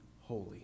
holy